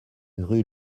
rue